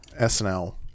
snl